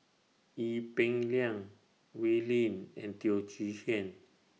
Ee Peng Liang Wee Lin and Teo Chee Hean